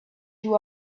you